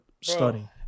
studying